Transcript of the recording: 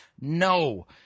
no